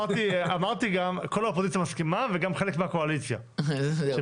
אמרתי גם - כל האופוזיציה מסכימה וגם חלק מהקואליציה שבחדר.